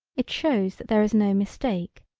it shows that there is no mistake.